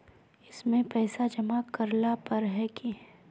इसमें पैसा जमा करेला पर है की?